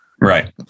Right